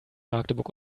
magdeburg